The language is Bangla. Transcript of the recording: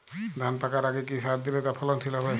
ধান পাকার আগে কি সার দিলে তা ফলনশীল হবে?